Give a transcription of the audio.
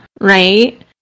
right